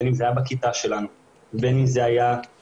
בין אם זה היה בכיתה שלנו ובין אם זה היה בשכבה,